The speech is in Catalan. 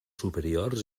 superiors